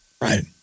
Right